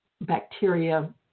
bacteria